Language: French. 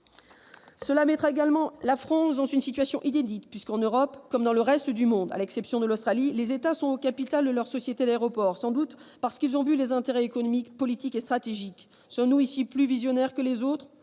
Cela mettrait également la France dans une situation inédite : en Europe comme dans le reste du monde, à l'exception de l'Australie, les États sont au capital de leurs sociétés d'aéroports, sans doute parce qu'ils y voient un intérêt économique, politique et stratégique. Sommes-nous plus visionnaires que les autres ?